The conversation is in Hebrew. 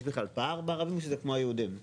יש בכלל פער אצל הערבים או שזה כמו אצל היהודים?